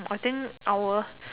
I think our